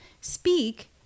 speak